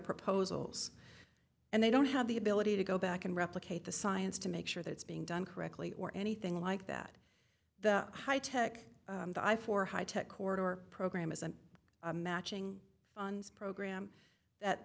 proposals and they don't have the ability to go back and replicate the science to make sure that it's being done correctly or anything like that the high tech high for high tech corridor program is a matching funds program that